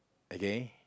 okay